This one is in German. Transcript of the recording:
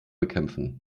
bekämpfen